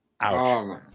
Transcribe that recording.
Ouch